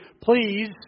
Please